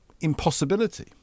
impossibility